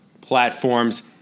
platforms